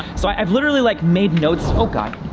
so i've literally like made notes. oh god,